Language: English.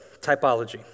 Typology